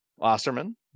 Osterman